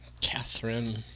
Catherine